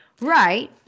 Right